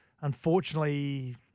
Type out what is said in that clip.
Unfortunately